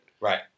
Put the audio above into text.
Right